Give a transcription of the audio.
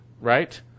right